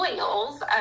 oils